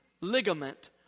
ligament